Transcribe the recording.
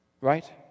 right